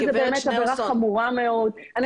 שזאת באמת עבירה חמורה מאוד -- גברת